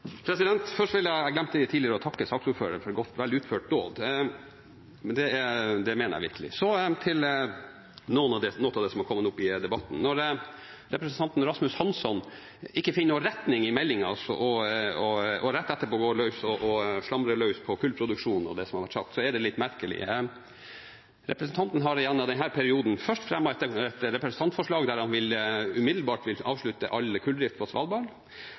Jeg glemte litt tidligere å takke saksordføreren for vel utført dåd. Det mener jeg virkelig. Så til noe av det som har kommet opp i debatten: Når representanten Rasmus Hansson ikke finner noen retning i meldingen og rett etterpå hamrer løs på kullproduksjonen og det som har vært sagt, så er det litt merkelig. Representanten har i denne perioden først fremmet et representantforslag der han umiddelbart vil avslutte all kulldrift på Svalbard.